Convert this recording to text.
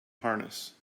harness